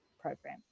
program